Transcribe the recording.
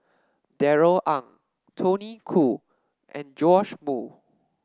Darrell Ang Tony Khoo and Joash Moo